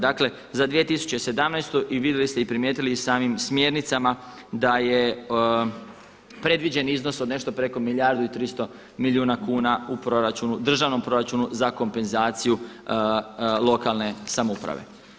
Dakle za 2017. i vi ste primijetili samim smjernicama da je predviđen iznos od nešto preko milijardu i tristo milijuna kuna u državnom proračunu za kompenzaciju lokalne samouprave.